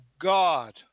God